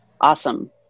awesome